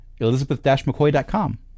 Elizabeth-McCoy.com